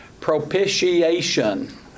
propitiation